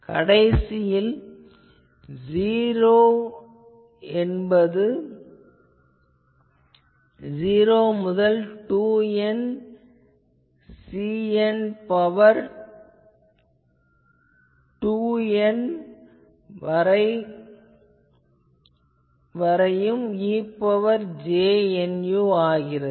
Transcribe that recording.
கடைசியில் '0' முதல் 2N Cn2N e ன் பவர் j nu ஆகின்றது